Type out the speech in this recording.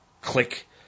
click